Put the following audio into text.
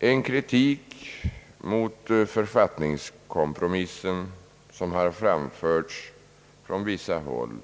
En kritik mot författningskompromissen som framförts från vissa håll